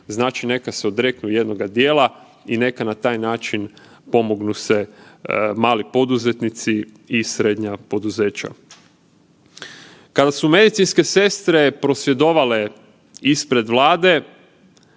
znači neka se odreknu jednoga dijela i neka na taj način pomognu se mali poduzetnici i srednja poduzeća. Kada su medicinske sestre prosvjedovale ispred Vlade,